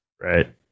Right